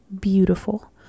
beautiful